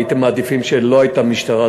הייתם מעדיפים שלא הייתה משטרה,